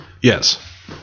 Yes